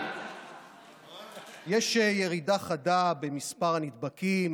יגדילו את חלקם בכלכלה